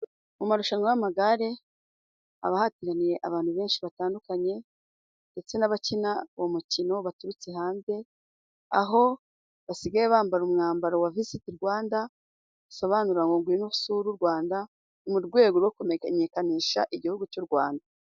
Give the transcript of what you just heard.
Mu marushanwa y'amagare haba hateraniye abantu benshi batandukanye, ndetse n'abakina uwo mukino baturutse hanze, aho basigaye bambara umwambaro wa visiti Rwanda, usobanura ngo ngwino usure u Rwanda mu rwego rwo kumenyekanisha igihugu cy'u Rwanda.